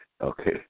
Okay